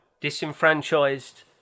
disenfranchised